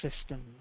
systems